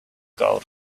gold